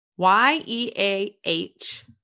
Y-E-A-H